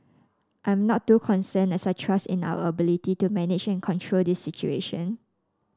I'm not too concerned as I trust in our ability to manage and control this situation